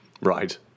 Right